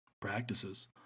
practices